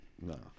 No